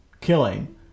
killing